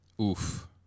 Oof